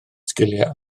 sgiliau